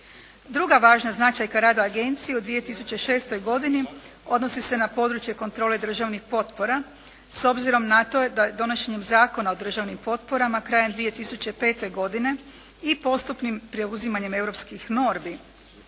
Druga važna značajka rada agencije u 2006. godini odnosi se na područje kontrole državnih potpora. S obzirom na to da je donošenjem Zakona o državnim potporama krajem 2005. godine i postupnim preuzimanjem europskih normi